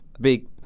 big